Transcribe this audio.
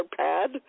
pad